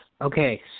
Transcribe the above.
Okay